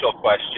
question